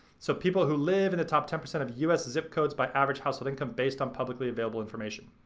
so people who live in the top ten percent of u s. zip codes by average household income based on publicly available information.